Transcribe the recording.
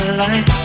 life